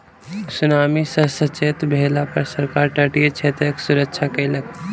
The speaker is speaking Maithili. सुनामी सॅ सचेत भेला पर सरकार तटीय क्षेत्रक सुरक्षा कयलक